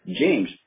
James